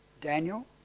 Daniel